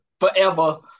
forever